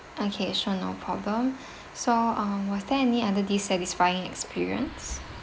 okay sure no problem so uh was there any other dissatisfying experience